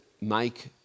make